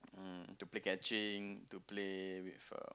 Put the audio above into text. um to play catching to play with uh